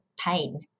pain